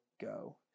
go